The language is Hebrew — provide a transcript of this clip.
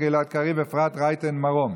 גלעד קריב ואפרת רייטן מרום.